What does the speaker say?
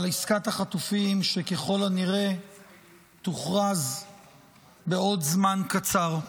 עסקת החטופים שככל הנראה תוכרז בעוד זמן קצר.